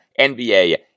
NBA